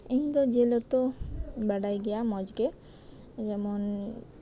ᱟᱨ